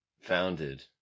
founded